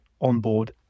onboard